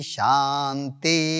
Shanti